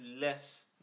less